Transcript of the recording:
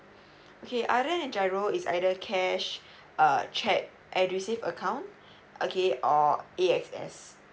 okay other than giro is either cash err cheque edu save account okay or A S X